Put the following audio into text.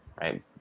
right